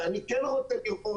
ואני כן רוצה לראות